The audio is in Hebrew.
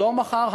לא מחר,